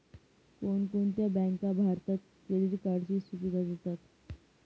कोणकोणत्या बँका भारतात क्रेडिट कार्डची सुविधा देतात?